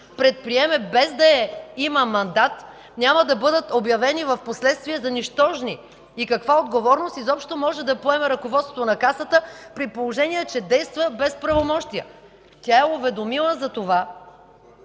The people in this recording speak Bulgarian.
предприеме, без да има мандат, няма да бъдат обявени впоследствие за нищожни. Каква отговорност изобщо може да поеме ръководството на Касата, при положение че действа без правомощия?! Тя е уведомила за това